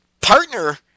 partner